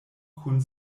kun